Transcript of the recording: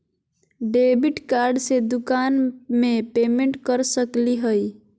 Debit card से दुकान में पेमेंट कर सकली हई?